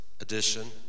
edition